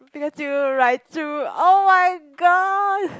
Pi-Ka-Chu Rai-Chu [oh]-my-god